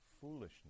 foolishness